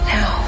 Now